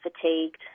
fatigued